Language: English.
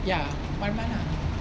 ya one month lah